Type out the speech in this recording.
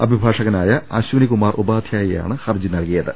അഭിഭാഷകനായ അശ്വിനികുമാർ ഉപാദ്ധ്യാ യയാണ് ഹർജി നൽകിയത്